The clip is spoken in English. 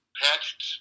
patched